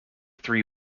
three